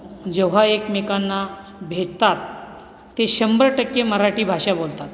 जेव्हा एकमेकांना भेटतात ते शंभर टक्के मराठी भाषा बोलतात